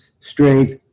strength